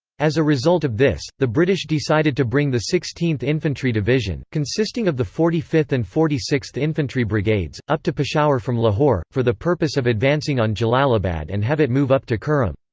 as a result of this, the british decided to bring the sixteenth infantry division, consisting of the forty fifth and forty sixth infantry brigades, up to peshawar from lahore, for the purpose of advancing on jalalabad and have it move up to kurram.